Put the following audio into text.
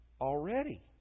already